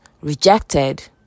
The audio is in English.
rejected